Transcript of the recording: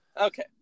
Okay